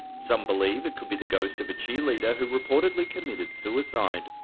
some believe it could be the ghost of a cheer leader who reportedly committed suicide,